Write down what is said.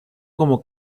como